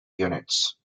units